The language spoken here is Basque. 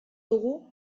dugu